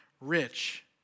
rich